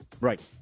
Right